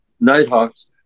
Nighthawks